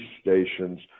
stations